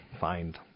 find